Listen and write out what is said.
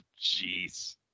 Jeez